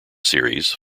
series